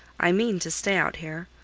i mean to stay out here.